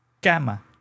Gamma